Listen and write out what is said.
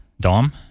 Dom